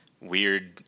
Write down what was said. weird